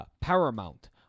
Paramount